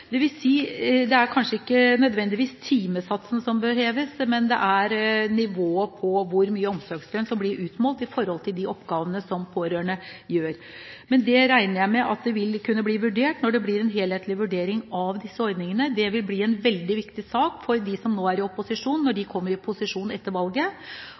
Det vil si at det kanskje ikke nødvendigvis er timesatsen som bør heves, men nivået på hvor mye omsorgslønn som blir utmålt i forhold til de oppgavene pårørende gjør. Det regner jeg med vil bli vurdert når det blir en helhetlig vurdering av disse ordningene. Dette vil bli en veldig viktig sak for dem som nå er i opposisjon, når de kommer i posisjon etter valget.